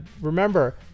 remember